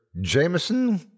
jameson